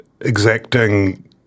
exacting